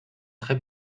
très